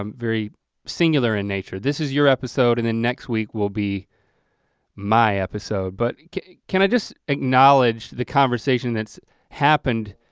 um very singular in nature. this is your episode and then next week will be my episode. but can i just acknowledge the conversation that's happened,